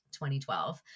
2012